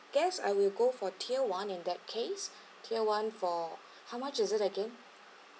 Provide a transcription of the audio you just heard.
guess I will go for tier one in that case tier one for how much is that again